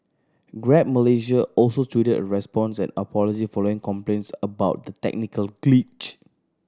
Grab Malaysia also tweeted a response and apology following complaints about the technical glitch